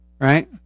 right